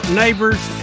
neighbors